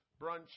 brunch